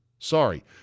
Sorry